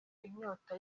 inyota